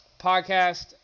podcast